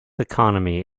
economy